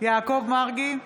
יעקב מרגי,